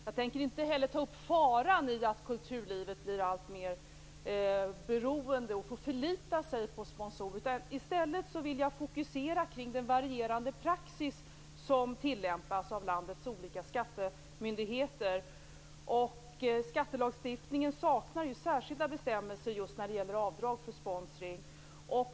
Jag tänker inte heller ta upp faran i att kulturlivet blir alltmer beroende av och får förlita sig på sponsorer. I stället vill jag fokusera den varierande praxis som tillämpas av landets olika skattemyndigheter. Skattelagstiftningen saknar särskilda bestämmelser om avdrag för sponsring.